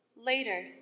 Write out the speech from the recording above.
Later